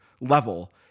level